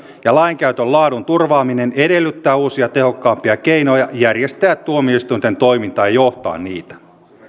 ja lainkäytön laadun turvaaminen edellyttää uusia tehokkaampia keinoja järjestää tuomioistuinten toimintaa ja johtaa niitä